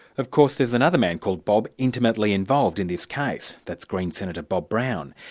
of course there's another man called bob intimately involved in this case, that's greens senator, bob brown.